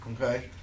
Okay